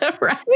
Right